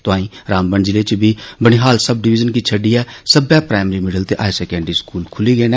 तोआई रामबन जिले च बी बनिहाल सब डिविजन गी छोडियो सब्बै प्राईमरी मिडल ते हाई सकैंडरी स्कूल खूल्ली गे न